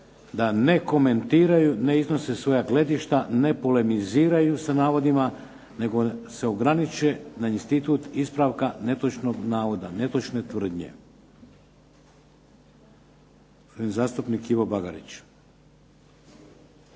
da ne komentiraju, ne iznose svoja gledišta, ne polemiziraju sa navodima nego se ograniče na institut ispravka netočnog navoda, netočne tvrdnje. Gospodin zastupnik Ivan Bagarić.